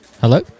Hello